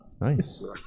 Nice